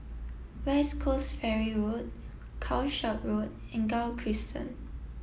West Coast Ferry Road Calshot Road and Gul Crescent